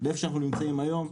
למצב בו אנו נמצאים היום.